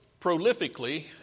prolifically